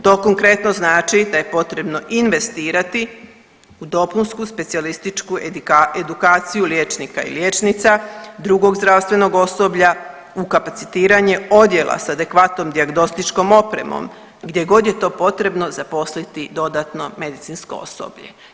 To konkretno znači da je potrebno investirati u dopunsku specijalističku edukaciju liječnika i liječnica, drugog zdravstvenog osoblja u kapacitiranje odjela sa adekvatnom dijagnostičkom opremom gdje god je to potrebno zaposliti dodatno medicinsko osoblje.